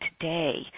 today